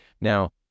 Now